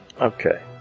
Okay